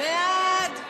ההסתייגות (11)